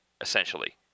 essentially